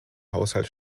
haushalt